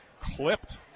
clipped